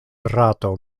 rato